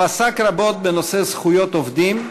הוא עסק רבות בנושא זכויות עובדים,